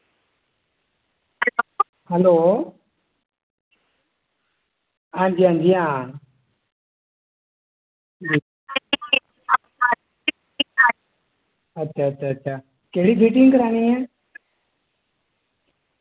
hello आं जी आं जी आं अच्छा अच्छा अच्छा केह्ड़ी फिटिंग करानी ऐ